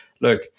look